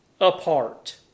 apart